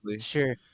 Sure